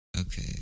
Okay